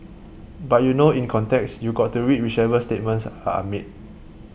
but you know in context you got to read whichever statements are made